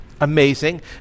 amazing